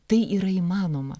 tai yra įmanoma